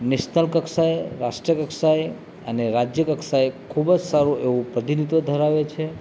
national કક્ષાએ રાષ્ટ્ર કક્ષાએ અને રાજ્ય કક્સાએ ખૂબ જ સારું એવું પ્રતિનિધિત્વ ધરાવે છે